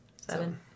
Seven